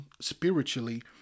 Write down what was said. spiritually